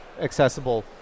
accessible